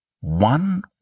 one